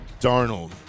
Darnold